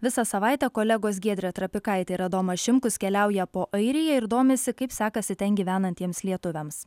visą savaitę kolegos giedrė trapikaitė ir adomas šimkus keliauja po airiją ir domisi kaip sekasi ten gyvenantiems lietuviams